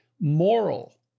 moral